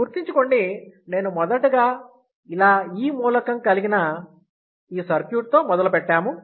గుర్తుంచుకోండి నేను మొదటగా ఇలా E మూలకం కలిగిన ఈ సర్క్యూట్ తో మొదలుపెట్టాము